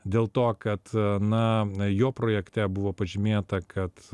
dėl to kad na jo projekte buvo pažymėta kad